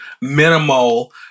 minimal